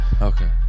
Okay